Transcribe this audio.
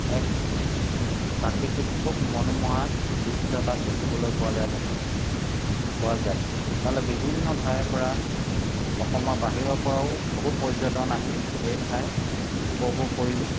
এক প্ৰাকৃতিক খুব মনোমোহা দৃশ্য তাত দেখিবলৈ পোৱা যায় তাত পোৱা যায় তালে বিভিন্ন ঠাইৰপৰা অসমৰ বাহিৰৰপৰাও বহু পৰ্যটন আহি সেই ঠাই উপভোগ কৰিবি